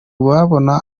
babona